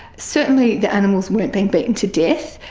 certainly the animals weren't being beaten to death.